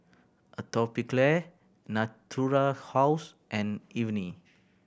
Atopiclair Natura House and